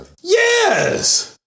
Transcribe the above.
Yes